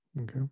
okay